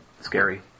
Scary